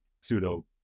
pseudo